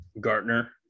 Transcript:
Gartner